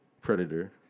Predator